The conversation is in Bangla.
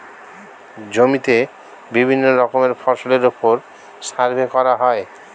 জমিতে বিভিন্ন রকমের ফসলের উপর সার্ভে করা হয়